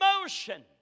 emotion